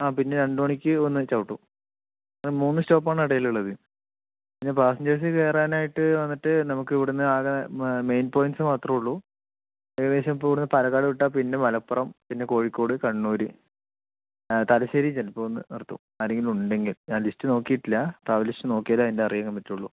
ആ പിന്നെ രണ്ടു മണിക്ക് ഒന്ന് ചവിട്ടും അത് മൂന്ന് സ്റ്റോപ്പ് ആണ് ഇടയിലുള്ളത് പിന്നെ പാസ്സഞ്ചേർസ് കയറാൻ ആയിട്ട് വന്നിട്ട് നമുക്ക് ഇവിടെ നിന്ന് ആകെ മെയിൻ പോയന്റ്സ് മാത്രമേ ഉള്ളു ഏകദേശം ഇപ്പോൾ ഇവിടെ നിന്ന് പാലക്കാട് വിട്ടാൽ പിന്നെ മലപ്പുറം പിന്നെ കോഴിക്കോട് കണ്ണൂർ തലശ്ശേരി ചിലപ്പോൾ ഒന്ന് നിർത്തും ആരെങ്കിലും ഉണ്ടെങ്കിൽ ഞാൻ ലിസ്റ്റ് നോക്കിയിട്ടില്ല ട്രാവൽ ലിസ്റ്റ് നോക്കിയാലേ അതിൻ്റെ അറിയാൻ പറ്റുളളു